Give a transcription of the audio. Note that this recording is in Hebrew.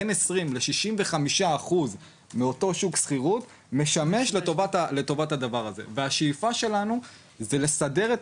בין 20% ל-65% משמש לטובת הדבר הזה והשאיפה שלנו זה לסדר את